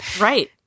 Right